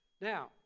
Now